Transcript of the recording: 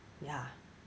ya